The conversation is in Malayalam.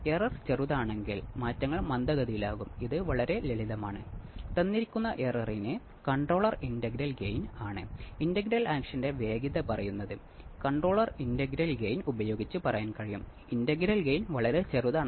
ഇൻപുട്ടിലേക്ക് തിരികെ നൽകുന്നത് മുന്നുറ്റിഅറുപതു ഡിഗ്രി ആണ് അത് നൂറ്റി എൺപതും നൂറ്റി എൺപതും കൂടെ കൂടിയതാണ്